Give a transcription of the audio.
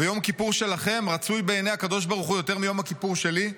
ויום כיפור שלכם רצוי בעיני הקדוש ברוך הוא יותר מיום הכיפורים שלי?